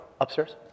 Upstairs